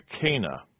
Cana